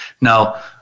Now